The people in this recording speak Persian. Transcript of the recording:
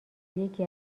یکی